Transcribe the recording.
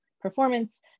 performance